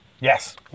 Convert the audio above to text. Yes